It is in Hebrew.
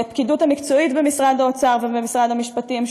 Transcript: לפקידות המקצועית במשרד האוצר ובמשרד המשפטים,